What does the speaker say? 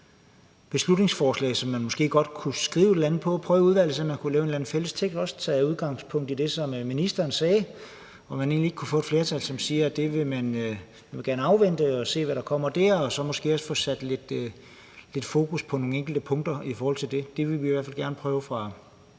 beslutningsforslag, som man måske godt kunne skrive et eller andet om og i udvalget prøve at lave en eller anden fælles tekst om og også tage udgangspunkt i det, som ministeren sagde, i forhold til om man ikke kunne få et flertal, som ville sige, at man gerne vil afvente, hvad der kommer derfra, og så måske også få sat lidt fokus på nogle enkelte punkter i forhold til det. Vi vil i hvert fald gerne fra